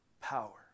power